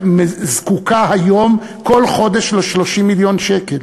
זקוקה היום כל חודש ל-30 מיליון שקל,